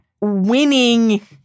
winning